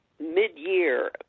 mid-year